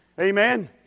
Amen